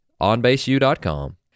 onbaseu.com